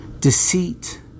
Deceit